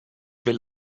will